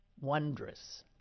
wondrous